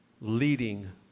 leading